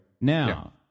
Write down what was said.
Now